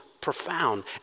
profound